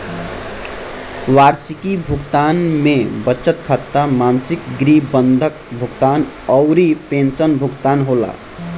वार्षिकी भुगतान में बचत खाता, मासिक गृह बंधक भुगतान अउरी पेंशन भुगतान होला